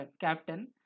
captain